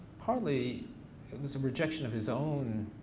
partly, it was a rejection of his own,